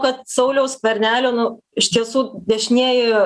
kad sauliaus skvernelio nu iš tiesų dešinieji